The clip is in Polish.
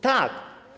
Tak.